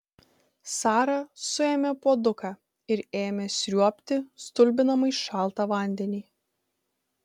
sara suėmė puoduką ir ėmė sriuobti stulbinamai šaltą vandenį